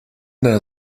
der